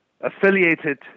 affiliated